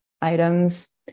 items